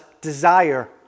desire